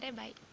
bye